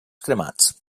cremats